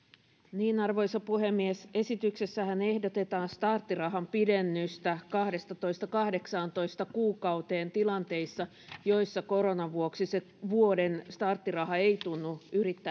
kontula arvoisa puhemies esityksessähän ehdotetaan starttirahan pidennystä kahdestatoista kahdeksaantoista kuukauteen tilanteissa joissa koronan vuoksi se vuoden starttiraha ei tunnu